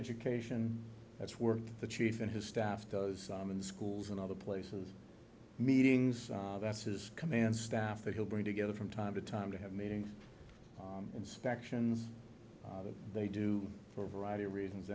education that's where the chief and his staff does simon schools and other places meetings that's his command staff that he'll bring together from time to time to have meetings on inspections that they do for a variety of reasons